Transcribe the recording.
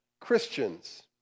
Christians